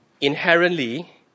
inherently